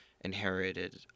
inherited